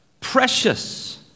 Precious